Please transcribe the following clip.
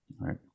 right